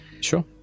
Sure